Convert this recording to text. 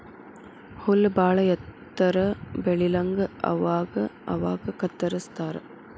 ಹುಲ್ಲ ಬಾಳ ಎತ್ತರ ಬೆಳಿಲಂಗ ಅವಾಗ ಅವಾಗ ಕತ್ತರಸ್ತಾರ